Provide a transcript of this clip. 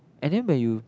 and then when you